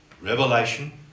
Revelation